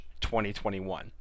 2021